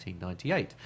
1998